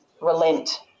relent